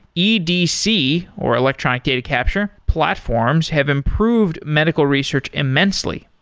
edc or electronic data capture platforms have improved medical research immensely.